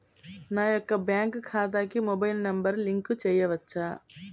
నా యొక్క బ్యాంక్ ఖాతాకి మొబైల్ నంబర్ లింక్ చేయవచ్చా?